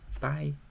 Bye